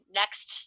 next